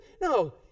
no